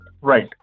Right